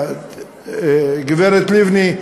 הגברת לבני,